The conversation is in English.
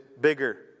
bigger